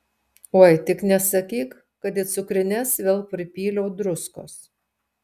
oi tik nesakyk kad į cukrines vėl pripyliau druskos